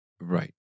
Right